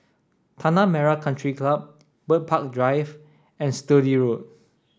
Tanah Merah Country Club Bird Park Drive and Sturdee Road